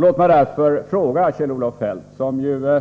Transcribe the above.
Låt mig därför fråga Kjell-Olof Feldt, som